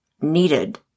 needed